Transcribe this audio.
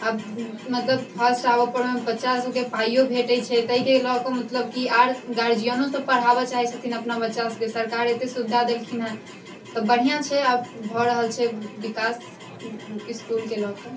आब मतलब घरसँ आबऽ परमे बच्चासबके पाइओ भेटै छै ताहिके लऽ कऽ मतलब कि आओर गार्जियनोसब पढ़ाबऽ चाहै छथिन अपना बच्चासबके सरकार एतेक सुविधा देलखिन हेँ तऽ बढ़िआँ छै आब भऽ रहल छै विकास इसकुलके लऽ कऽ